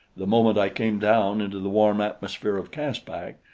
the moment i came down into the warm atmosphere of caspak,